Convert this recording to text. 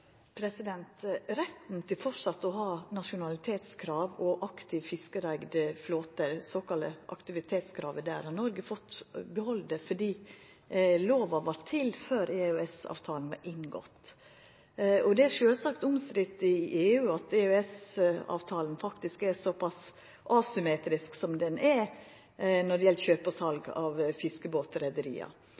Retten til framleis å ha nasjonalitetskrav og ein aktiv fiskareigd flåte, det såkalla aktivitetskravet, har Noreg fått behalda, fordi lova vart til før EØS-avtalen var inngått. Det er sjølvsagt omstridt i EU at EØS-avtalen faktisk er såpass asymmetrisk som han er når det gjeld kjøp og sal av